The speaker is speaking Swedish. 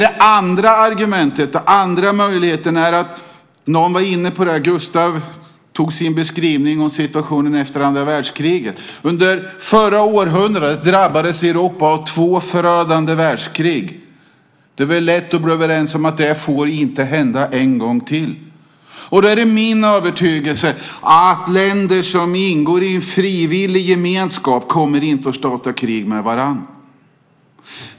Den andra möjligheten är följande. Gustav beskrev situationen efter andra världskriget. Under förra århundradet drabbades Europa av två förödande världskrig. Det är lätt att bli överens om att det inte får hända en gång till. Då är det min övertygelse att länder som ingår i en frivillig gemenskap inte kommer att starta krig med varandra.